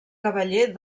cavaller